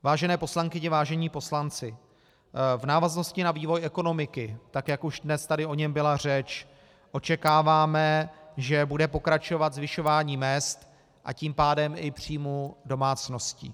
Vážené poslankyně, vážení poslanci, v návaznosti na vývoj ekonomiky, tak jak už dnes tady o něm byla řeč, očekáváme, že bude pokračovat zvyšování mezd, a tím pádem i příjmů domácností.